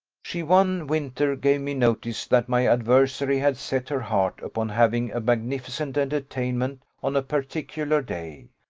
she one winter gave me notice that my adversary had set her heart upon having a magnificent entertainment on a particular day.